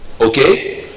Okay